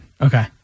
Okay